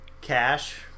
cash